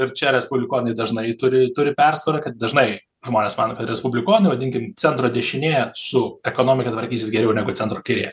ir čia respublikonai dažnai turi turi persvarą kad dažnai žmonės mano kad respublikonai vadinkim centro dešinė su ekonomika tvarkysis geriau negu centro kairė